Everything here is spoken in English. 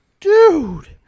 dude